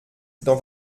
dans